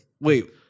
wait